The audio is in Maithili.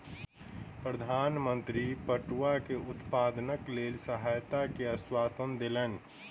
प्रधान मंत्री पटुआ के उत्पादनक लेल सहायता के आश्वासन देलैन